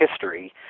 history